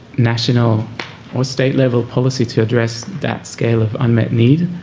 national or state level policy to address that scale of unmet need.